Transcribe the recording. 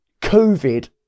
COVID